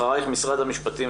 אחרייך לי פרל ממשרד המשפטים.